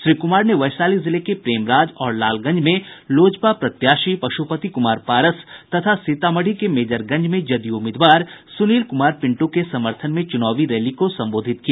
श्री कुमार ने वैशाली जिले के प्रेमराज और लालगंज में लोजपा प्रत्याशी पश्पति क्मार पारस तथा सीतामढ़ी के मेजरगंज में जदयू उम्मीदवार सुनील कुमार पिंटू के समर्थन में चुनावी रैली को संबोधित किया